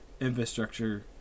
infrastructure